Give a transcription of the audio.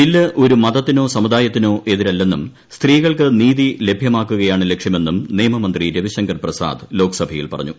bill ഒരു മതത്തിനോ സമുദായത്തിനോ എതിരല്ലെന്നും സ്ത്രീകൾക്ക് നീതി ലഭ്യമാക്കുകയാണ് ലക്ഷ്യമെന്നും നിയമമന്ത്രി രവിശങ്കർ പ്രസാദ് ലോക്സഭയിൽ പറഞ്ഞു